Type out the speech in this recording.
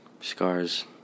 scars